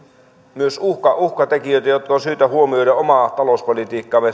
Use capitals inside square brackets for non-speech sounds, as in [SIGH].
myös uhkatekijöitä jotka on syytä huomioida omaa talouspolitiikkaamme [UNINTELLIGIBLE]